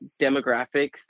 demographics